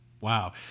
Wow